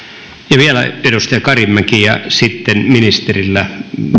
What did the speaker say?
vielä edustaja karimäki ja sitten ministerille